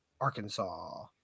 Arkansas